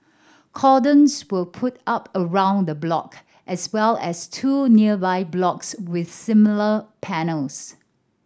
cordons were put up around the block as well as two nearby blocks with similar panels